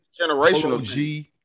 generational